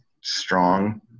strong